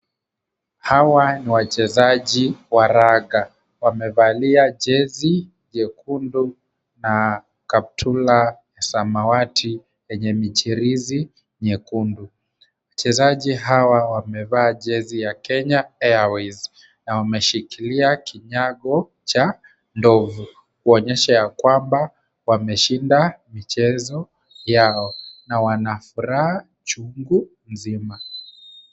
Hawa ni wachezaji wa raga. Wamevalia jezi nyekundu na kaptula samawati yenye michirizi nyekundu. Wachezaji hawa wamevaa jezi ya Kenya Airways wameshikilia kinyago cha ndovu kuonyesha kwamba wameshinda michezo yao na wana furaha chungu nzima.